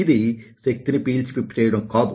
ఇది శక్తిని పీల్చి పిప్పి చేయడం కాదు